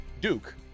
Duke